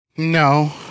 No